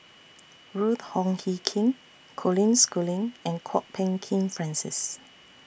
Ruth Wong Hie King Colin Schooling and Kwok Peng Kin Francis